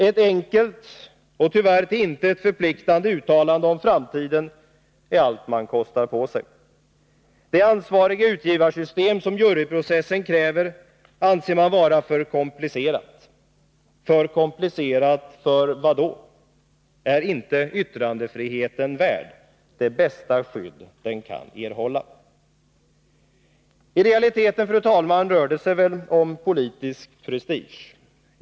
Ett enkelt — och tyvärr till intet förpliktande — uttalande om framtiden är allt man kostar på sig. Det system med ansvarig utgivare som juryprocessen kräver anser man vara för komplicerat. För komplicerat för vad? Är inte yttrandefriheten värd det bästa skydd den kan erhålla? I realiteten, fru talman, rör det sig väl om politisk prestige.